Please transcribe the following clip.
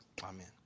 Amen